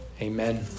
Amen